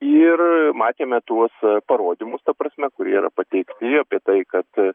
ir matėme tuos parodymus ta prasme kurie yra pateikti apie tai kad